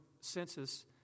census